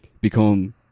become